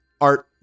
art